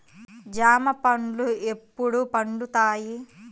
జామ పండ్లు ఎప్పుడు పండుతాయి?